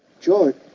George